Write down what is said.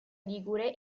ligure